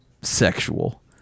sexual